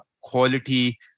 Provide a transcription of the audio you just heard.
quality